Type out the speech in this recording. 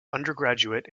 undergraduate